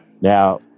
Now